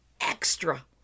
extra